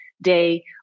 day